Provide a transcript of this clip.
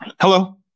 Hello